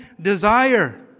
desire